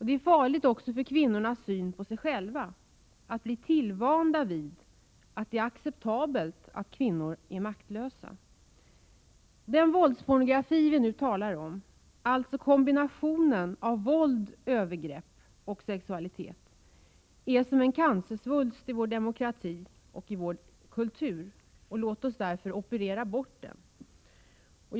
Det är också farligt för kvinnors syn på sig själva att de blir tillvanda vid att det är acceptabelt att kvinnor är maktlösa. Den våldspornografi som vi nu talar om — kombinationen av våld, övergrepp och sexualitet — är som en cancersvulst i vår demokrati och i vår kultur. Låt oss därför operera bort den snabbt.